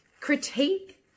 critique